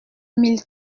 mille